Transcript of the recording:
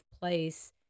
place